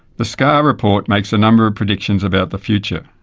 the scar report makes a number of predictions about the future.